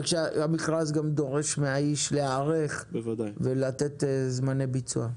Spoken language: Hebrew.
והמכרז גם דורש מהאיש להיערך ולתת זמני ביצוע?